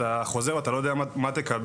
אתה חוזר ואתה לא יודע מה תקבל.